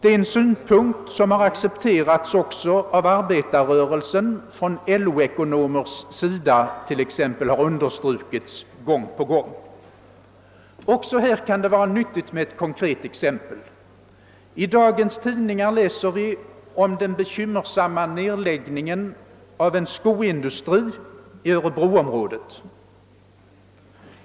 Det är en synpunkt som accepterats även av arbetarrörelsen. Från LO-ekonomers sida har detta understrukits gång på gång. Även här kan det vara nyttigt med ett konkret exempel. I dagens tidningar läser vi om den bekymmersamma situationen med anledning av nedläggningen av en skoindustri i örebroområdet.